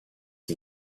wir